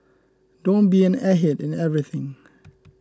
don't be an airhead in everything